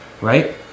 right